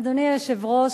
אדוני היושב-ראש,